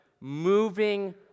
moving